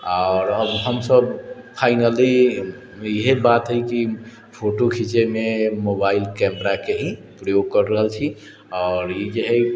आओर अब हमसब फाइनली इहे बात हइ कि फोटो खिञ्चेमे मोबाइल कैमराके ही प्रयोग कर रहल छी आओर ई जे हइ